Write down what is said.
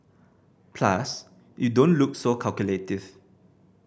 plus you don't look so calculative